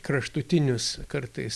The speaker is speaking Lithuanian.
kraštutinius kartais